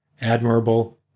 admirable